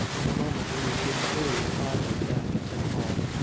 in a moment he was being carried bodily back into the hall,